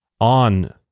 on